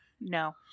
No